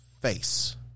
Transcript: face